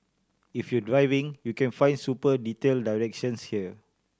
if you driving you can find super detail directions here